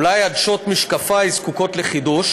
אולי עדשות משקפי זקוקות לחידוש?